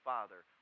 Father